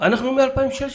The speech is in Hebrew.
אנחנו מ-2016.